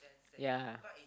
yea